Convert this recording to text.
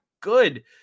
good